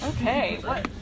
Okay